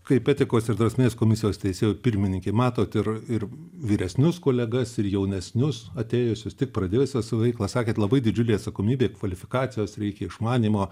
kaip etikos ir drausmės komisijos teisėjų pirmininkė matote ir ir vyresnius kolegas ir jaunesnius atėjusius tik pradėjusius savo veiklą sakėt labai didžiulė atsakomybė kvalifikacijos reikia išmanymo